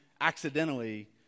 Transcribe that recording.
accidentally